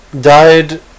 died